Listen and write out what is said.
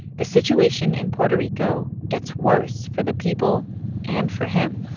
the situation in puerto rico gets worse for the people and for him.